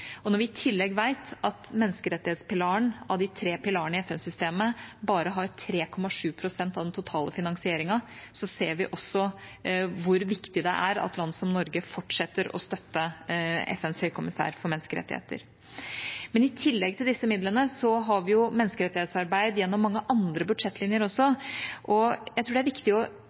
Når vi i tillegg vet at menneskerettighetspilaren av de tre pilarene i FN-systemet bare har 3,7 pst. av den totale finansieringen, ser vi også hvor viktig det er at land som Norge fortsetter å støtte FNs høykommissær for menneskerettigheter. I tillegg til disse midlene har vi menneskerettighetsarbeid gjennom mange andre budsjettlinjer. Jeg tror det er viktig også å